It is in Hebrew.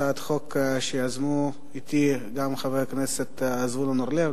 הצעת חוק שיזמו אתי חבר הכנסת זבולון אורלב,